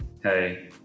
Hey